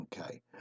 Okay